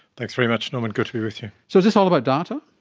thanks very much norman, good to be with you. so is this all about data?